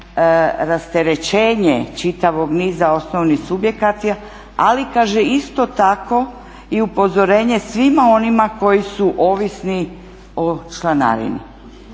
rasterećenje čitavog niza osnovnih subjekacija, ali kaže isto tako i upozorenje svima onima koji su ovisni o članarini.